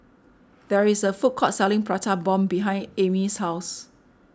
there is a food court selling Prata Bomb behind Amie's house